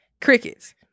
Crickets